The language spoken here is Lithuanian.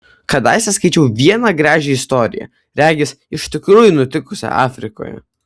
kadaise skaičiau vieną gražią istoriją regis iš tikrųjų nutikusią afrikoje